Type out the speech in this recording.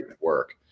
work